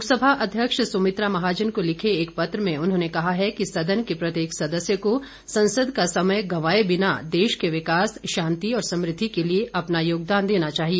लोकसभा अध्यक्ष सुमित्रा महाजन को लिखे एक पत्र में उन्होंने कहा है कि सदन के प्रत्येक सदस्य को संसद का समय गंवाए बिना देश के विकास शांति और समृद्धि के लिए अपना योगदान देना चाहिए